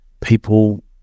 people